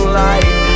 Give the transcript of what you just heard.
light